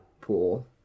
pool